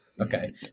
Okay